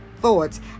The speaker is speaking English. thoughts